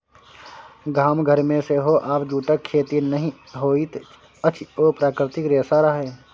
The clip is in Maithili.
गाम घरमे सेहो आब जूटक खेती नहि होइत अछि ओ प्राकृतिक रेशा रहय